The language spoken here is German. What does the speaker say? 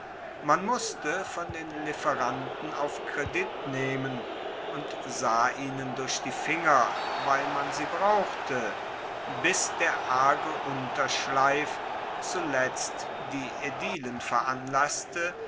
man musste von den lieferanten auf kredit nehmen und sah ihnen durch die finger weil man sie brauchte bis der arge unterschleif zuletzt die aedilen veranlasste